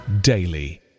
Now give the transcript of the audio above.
daily